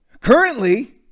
Currently